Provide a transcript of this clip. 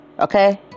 Okay